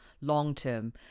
long-term